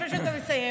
לפני שאתה מסיים,